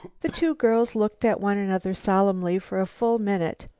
the two girls looked at one another solemnly for a full minute.